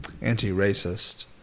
anti-racist